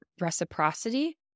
reciprocity